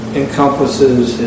encompasses